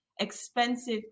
expensive